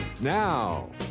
Now